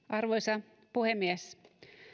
arvoisa puhemies